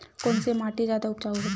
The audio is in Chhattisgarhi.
कोन से माटी जादा उपजाऊ होथे?